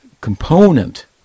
component